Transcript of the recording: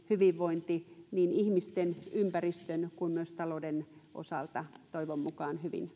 sekä hyvinvointi niin ihmisten ympäristön kuin myös talouden osalta toivon mukaan hyvin